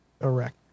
erect